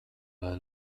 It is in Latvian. vai